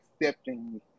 accepting